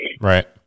Right